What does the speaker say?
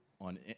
on